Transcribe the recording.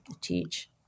teach